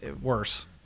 worse